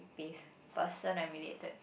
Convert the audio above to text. pace person I related to